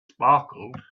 sparkled